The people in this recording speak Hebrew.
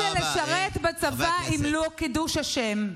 מה זה לשרת בצבא אם לא קידוש השם?